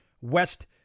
West